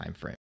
timeframe